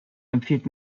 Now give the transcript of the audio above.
empfiehlt